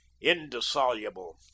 indissoluble